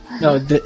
No